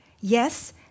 Yes